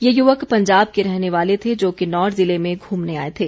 ये युवक पंजाब के रहने वाले थे जो किन्नौर ज़िले में घूमने आए थे